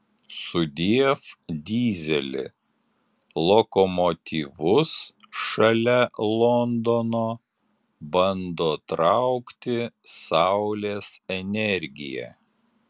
sudiev dyzeli lokomotyvus šalia londono bando traukti saulės energija